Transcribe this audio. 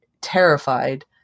terrified